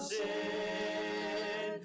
sin